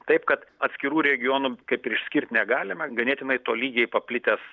taip kad atskirų regionų kaip ir išskirti negalima ganėtinai tolygiai paplitęs